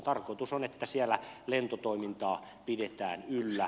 tarkoitus on että siellä lentotoimintaa pidetään yllä